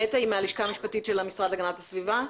נטע היא מהלשכה המשפטית של המשרד להגנת הסביבה?